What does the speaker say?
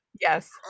Yes